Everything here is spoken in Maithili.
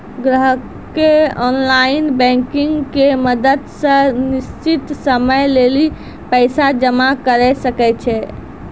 ग्राहकें ऑनलाइन बैंकिंग के मदत से निश्चित समय लेली पैसा जमा करै सकै छै